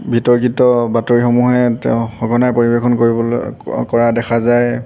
বিতৰ্কিত বাতৰিসমূহে তেওঁ সঘনাই পৰিবেশন কৰিবলৈ কৰা দেখা যায়